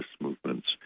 movements